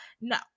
No